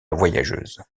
voyageuse